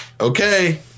okay